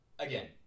Again